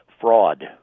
fraud